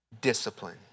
Discipline